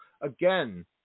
again